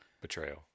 Betrayal